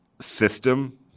system